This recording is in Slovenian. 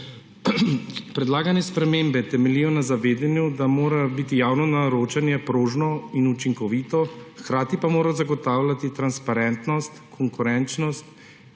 Predlagane spremembe temeljijo na zavedanju, da mora biti javno naročanje prožno in učinkovito, hkrati pa mora zagotavljati transparentnost, konkurenčnost